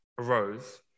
arose